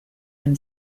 him